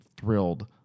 thrilled